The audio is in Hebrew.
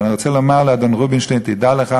אבל אני רוצה לומר לאדון רובינשטיין: תדע לך